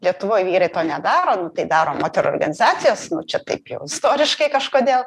lietuvoj vyrai to nedaro nu tai daro moterų organizacijos čia taip jau istoriškai kažkodėl